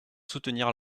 soutenir